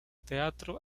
teatro